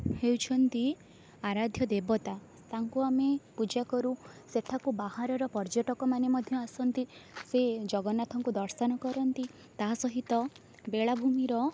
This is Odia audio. ହେଉଛନ୍ତି ଆରାଧ୍ୟ ଦେବତା ତାଙ୍କୁ ଆମେ ପୂଜା କରୁ ସେଠାକୁ ବାହାରର ପର୍ଯ୍ୟଟକ ମାନେ ମଧ୍ୟ ଆସନ୍ତି ସେ ଜଗନ୍ନାଥଙ୍କୁ ଦର୍ଶନ କରନ୍ତି ତା ସହିତ ବେଳାଭୂମିର